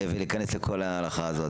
ולהיכנס לכל ההלכה הזאת.